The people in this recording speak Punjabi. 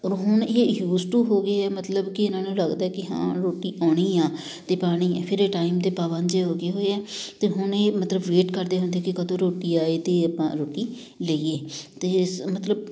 ਔਰ ਹੁਣ ਇਹ ਯੂਸ ਟੂ ਹੋ ਗਏ ਹੈ ਮਤਲਬ ਕਿ ਇਹਨਾਂ ਨੂੰ ਲੱਗਦਾ ਕਿ ਹਾਂ ਰੋਟੀ ਆਉਣੀ ਆ ਅਤੇ ਪਾਉਣੀ ਆ ਫਿਰ ਟਾਈਮ ਦੇ ਪਾਬੰਦ ਹੋ ਗਏ ਹੋਏ ਆ ਅਤੇ ਹੁਣ ਇਹ ਮਤਲਬ ਵੇਟ ਕਰਦੇ ਹੁੰਦੇ ਕਿ ਕਦੋਂ ਰੋਟੀ ਆਵੇ ਅਤੇ ਆਪਾਂ ਰੋਟੀ ਲਈਏ ਅਤੇ ਸ ਮਤਲਬ